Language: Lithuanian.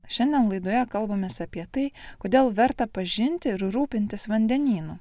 šiandien laidoje kalbamės apie tai kodėl verta pažinti ir rūpintis vandenynu